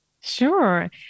Sure